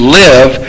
live